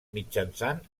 mitjançant